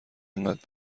انقدر